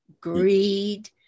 greed